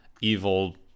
evil